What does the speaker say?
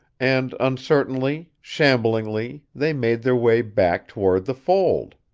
and, uncertainly, shamblingly, they made their way back toward the fold.